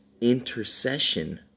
intercession